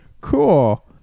cool